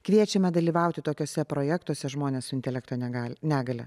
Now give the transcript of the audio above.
kviečiame dalyvauti tokiuose projektuose žmones su intelekto negalia negalia